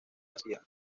garcía